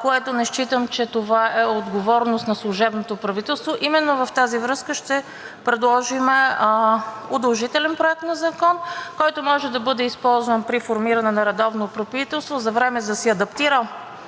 което не считам, че е отговорност на служебното правителство. Именно в тази връзка ще предложим проект на удължителен закон, който може да бъде използван при формиране на редовно правителство, за време, за да си адаптира